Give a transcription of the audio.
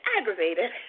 aggravated